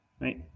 right